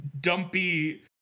dumpy